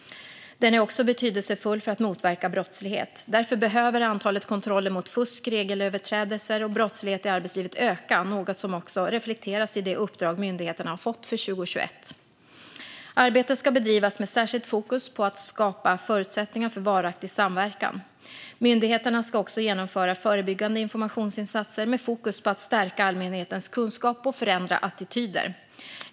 Den är också betydelsefull för att motverka brottslighet. Därför behöver antalet kontroller mot fusk, regelöverträdelser och brottslighet i arbetslivet öka, något som också reflekteras i det uppdrag myndigheterna har fått för 2021. Arbetet ska bedrivas med särskilt fokus på att skapa förutsättningar för varaktig samverkan. Myndigheterna ska också genomföra förebyggande informationsinsatser med fokus på att stärka allmänhetens kunskap och förändra attityder.